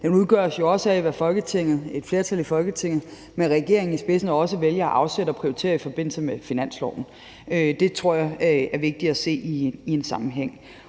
Det udgøres jo også af, hvad et flertal i Folketinget med regeringen i spidsen vælger at afsætte og prioritere i forbindelse med finansloven. Det tror jeg er vigtigt at se i en sammenhæng.